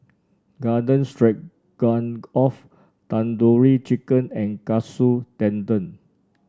Garden Stroganoff Tandoori Chicken and Katsu Tendon